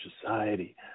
society